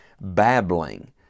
babbling